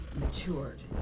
matured